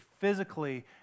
physically